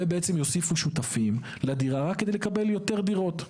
ובעצם יוסיפו שותפים לדירה כדי לקבל יותר דירות.